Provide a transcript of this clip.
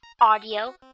audio